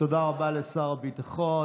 תודה רבה לשר הביטחון.